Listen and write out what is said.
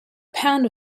pound